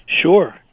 Sure